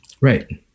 Right